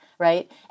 Right